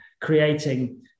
creating